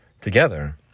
together